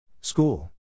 school